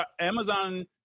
Amazon